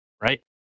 right